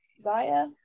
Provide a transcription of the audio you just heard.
Zaya